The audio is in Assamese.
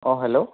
অঁ হেল্ল'